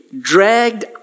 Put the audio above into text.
dragged